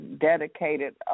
dedicated –